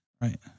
Right